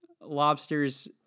lobsters